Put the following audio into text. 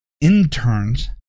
interns